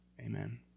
Amen